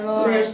Lord